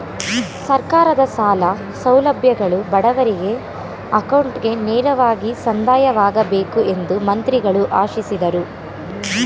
ಸರ್ಕಾರದ ಸಾಲ ಸೌಲಭ್ಯಗಳು ಬಡವರಿಗೆ ಅಕೌಂಟ್ಗೆ ನೇರವಾಗಿ ಸಂದಾಯವಾಗಬೇಕು ಎಂದು ಮಂತ್ರಿಗಳು ಆಶಿಸಿದರು